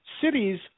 Cities